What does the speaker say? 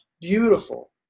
beautiful